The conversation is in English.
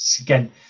again